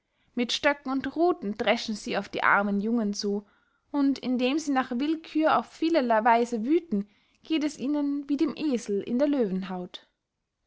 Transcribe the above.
mit stöcken und ruthen dreschen sie auf die armen jungen zu und indem sie nach willkühr auf vielerley weise wüten geht es ihnen wie dem esel in der